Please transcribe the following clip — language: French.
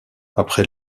après